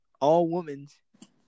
all-women's